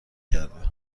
کرده